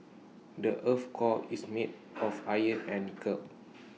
the Earth's core is made of iron and nickel